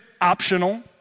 optional